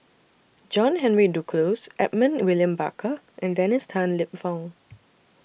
John Henry Duclos Edmund William Barker and Dennis Tan Lip Fong